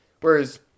whereas